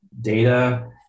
data